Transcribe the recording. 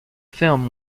film